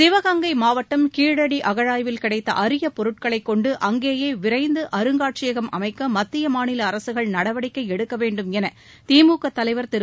சிவகங்கை மாவட்டம் கீழடி அகழாய்வில் கிடைத்த அரிய பொருட்களைக் கொண்டு அங்கேயே விரைந்து அருங்காட்சியம் அமைக்க மத்திய மாநில அரசுகள் நடவடிக்கை எடுக்கவேண்டும் என திமுக தலைவர் திரு